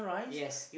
yes